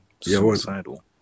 suicidal